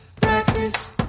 practice